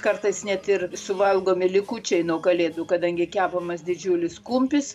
kartais net ir suvalgomi likučiai nuo kalėdų kadangi kepamas didžiulis kumpis